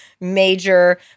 major